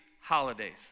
holidays